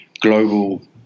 global